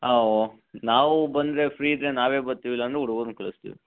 ಹಾಂ ಓ ನಾವು ಬಂದರೆ ಫ್ರೀ ಇದ್ದರೆ ನಾವೇ ಬರುತ್ತೀವಿ ಇಲ್ಲಾಂದರೆ ಹುಡುಗ್ರನ್ನು ಕಳಿಸ್ತೀವಿ